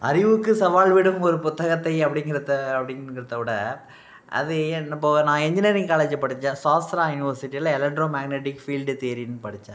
அறிவுக்கு சவால் விடும் ஒரு புத்தகத்தை அப்படிங்கிறத அப்படிங்கிறத விட அது என் நம்ப நான் இன்ஜினியரிங் காலேஜு படித்தேன் சாஸ்திரா யுனிவர்சிட்டியில் எலக்ட்ரோ மேக்னெட்டிக் ஃபீல்டு தியரின்னு படித்தேன்